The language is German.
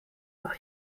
noch